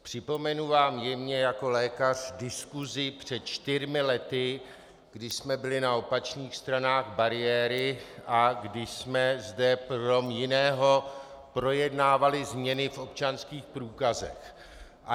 Připomenu vám jemně jako lékař diskusi před čtyřmi lety, kdy jsme byli na opačných stranách bariéry a kdy jsme zde krom jiného projednávali změny v občanských průkazech.